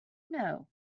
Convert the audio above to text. know